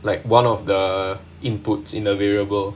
like one of the inputs in a variable